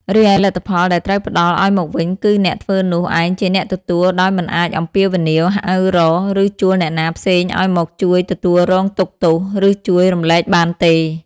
រីឯលទ្ធផលដែលត្រូវផ្តល់ឲ្យមកវិញគឺអ្នកធ្វើនោះឯងជាអ្នកទទួលដោយមិនអាចអំពាវនាវហៅរក ឬជួលអ្នកណាផ្សេងឲ្យមកជួយទទួលរងទុក្ខទោស ឬជួយរំលែកបានទេ ។